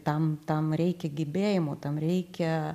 tam tam reikia gebėjimų tam reikia